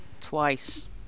twice